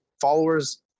followers